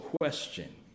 question